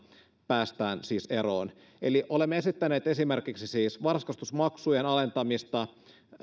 päästään eroon eli olemme esittäneet esimerkiksi siis varhaiskasvatusmaksujen alentamista